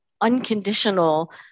unconditional